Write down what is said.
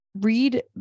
read